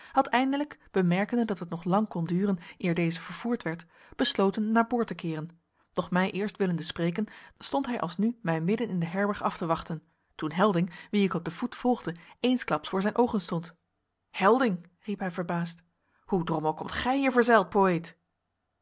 had eindelijk bemerkende dat het nog lang kon duren eer deze vervoerd werd besloten naar boord te keeren doch mij eerst willende spreken stond hij alsnu mij midden in de herberg af te wachten toen helding wien ik op den voet volgde eensklaps voor zijn oogen stond helding riep hij verbaasd hoe drommel komt gij hier verzeild poëet